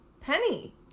Penny